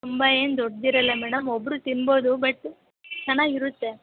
ತುಂಬ ಏನು ದೊಡ್ಡದಿರಲ್ಲ ಮೇಡಮ್ ಒಬ್ಬರು ತಿನ್ಬೋದು ಬಟ್ ಚೆನ್ನಾಗಿರುತ್ತೆ